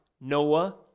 Noah